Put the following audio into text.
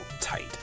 tight